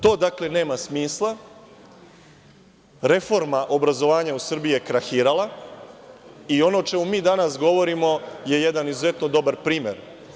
To nema smisla, reforma obrazovanja u Srbiji je krahirala i ono o čemu mi danas govorimo je jedan izuzetno dobar primer.